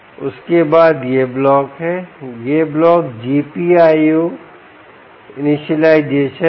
उसके बाद यह ब्लॉक है यह ब्लॉक GPIO इनिशियलाइजेशन है